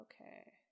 Okay